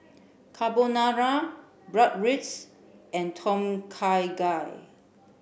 Carbonara Bratwurst and Tom Kha Gai